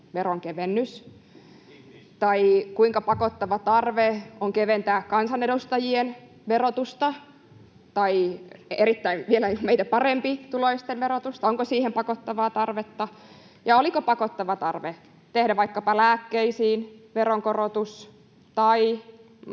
veronkevennys? Tai kuinka pakottava tarve on keventää kansanedustajien verotusta tai vielä meitä parempituloisten verotusta? Onko siihen pakottavaa tarvetta? Ja oliko pakottava tarve tehdä veronkorotus vaikkapa